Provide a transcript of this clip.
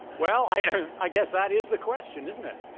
well, i i guess that is the question, isn't it?